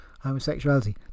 homosexuality